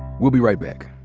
we'll be right back.